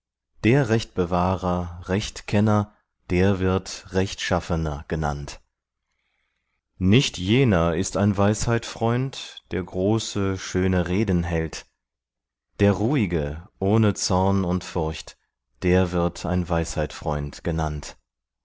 der rechtbewahrer rechtkenner der wird rechtschaffener genannt nicht jener ist ein weisheitfreund der große schöne reden hält der ruhige ohne zorn und furcht der wird ein weisheitfreund genannt